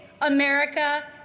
America